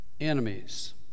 enemies